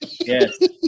yes